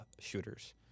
shooters